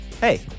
hey